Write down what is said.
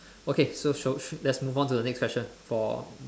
okay so shall let's move on to the next question for